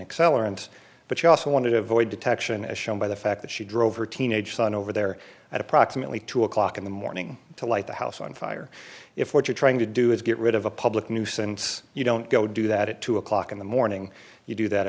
accelerant but she also wanted to avoid detection as shown by the fact that she drove her teenage son over there at approximately two o'clock in the morning to light the house on fire if what you're trying to do is get rid of a public nuisance you don't go do that at two o'clock in the morning you do that